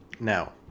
Now